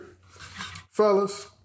Fellas